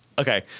Okay